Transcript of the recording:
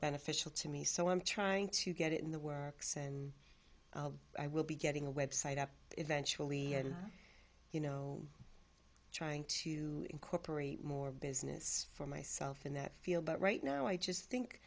beneficial to me so i'm trying to get it in the works and i will be getting a website up eventually you know trying to incorporate more business for myself in that field but right now i just think